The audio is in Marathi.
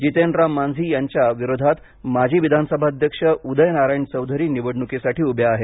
जितेन राम मांझि यांच्या विरोधात माजी विधानसभा अध्यक्ष उदय नारायण चौधरी निवडणुकीसाठी उभे आहेत